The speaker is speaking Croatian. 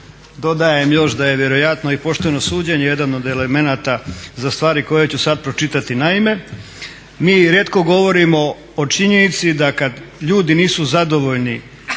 dodajem još da je vjerojatno i pošteno suđenje jedan od elemenata za stvari koje ću sada pročitati. Naime, mi rijetko govorimo o činjenici da kada ljudi nisu zadovoljni